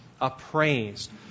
appraised